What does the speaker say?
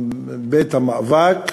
מבית המאבק,